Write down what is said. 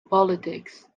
politics